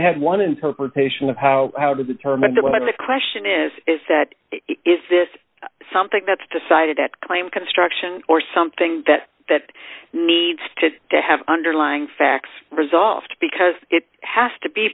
had one interpretation of how how to determine what the question is is that is this something that's decided that claim construction or something that that needs to have underlying facts results because it has to be